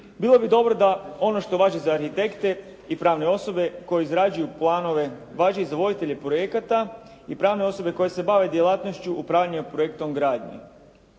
Bilo bi dobro da ono što važi za arhitekte i pravne osobe koje izrađuju planove, važi i za voditelje projekata i pravne osobe koje se bave djelatnošću upravljanja projektom u gradnji.